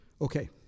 Okay